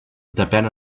depén